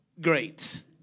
great